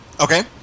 Okay